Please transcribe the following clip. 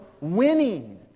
winning